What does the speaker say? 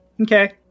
okay